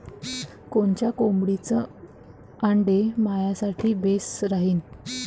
कोनच्या कोंबडीचं आंडे मायासाठी बेस राहीन?